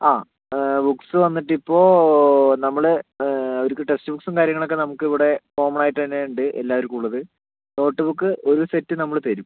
ആ ബുക്ക്സ് വന്നിട്ട് ഇപ്പോൾ നമ്മൾ അവർക്ക് ടെക്സ്റ്റ് ബുക്സും കാര്യങ്ങളൊക്കെ നമ്മുക്ക് ഇവിടെ കോമണായിട്ട് തന്നെ ഉണ്ട് എല്ലാവർക്കും ഉള്ളത് നോട്ട് ബുക്ക് ഒരു സെറ്റ് നമ്മൾ തരും